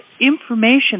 information